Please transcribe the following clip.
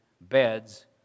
beds